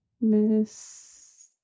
miss